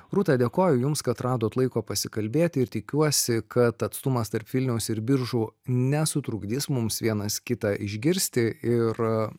rūta dėkoju jums kad radot laiko pasikalbėti ir tikiuosi kad atstumas tarp vilniaus ir biržų nesutrukdys mums vienas kitą išgirsti ir